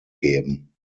geben